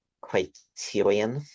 criterion